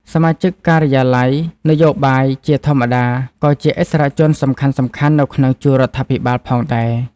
សមាជិកការិយាល័យនយោបាយជាធម្មតា ក៏ជាឥស្សរជនសំខាន់ៗនៅក្នុងជួររដ្ឋាភិបាលផងដែរ ។